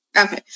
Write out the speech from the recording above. Okay